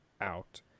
out